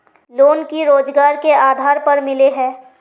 Loan की रोजगार के आधार पर मिले है?